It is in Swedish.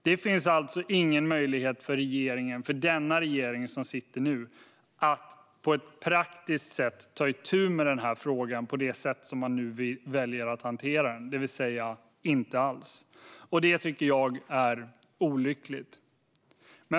Det finns alltså ingen möjlighet för denna regering att på ett praktiskt sätt ta itu med denna fråga med tanke på det sätt som man nu väljer att hantera den på, det vill säga inte alls. Det tycker jag är olyckligt.